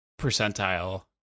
percentile